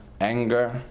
anger